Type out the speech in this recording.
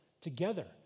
together